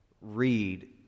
read